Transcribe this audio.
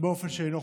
באופן שאינו חוקי.